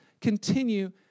continue